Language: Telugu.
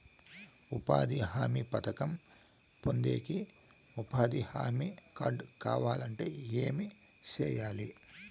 ఉపాధి హామీ పథకం పొందేకి ఉపాధి హామీ కార్డు కావాలంటే ఏమి సెయ్యాలి?